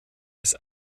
ist